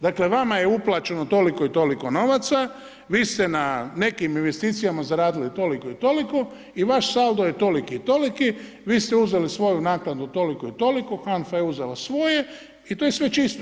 Dakle, vama je uplaćeno toliko i toliko novaca, vi ste na nekim investicijama zaradili toliko i toliko i vaš saldo je toliki i toliki, vi ste uzeli svoju naknadu toliko i toliko, HANFA je uzela svoje i to je sve čisto.